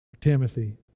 Timothy